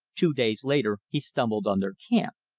two days later he stumbled on their camp.